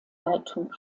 leitung